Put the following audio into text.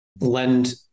lend